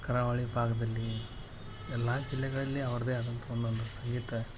ಕರಾವಳಿ ಭಾಗದಲ್ಲಿ ಎಲ್ಲ ಜಿಲ್ಲೆಗಳಲ್ಲಿ ಅವ್ರದೇ ಆದಂಥ ಒಂದೊಂದು ಸಂಗೀತ